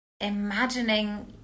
imagining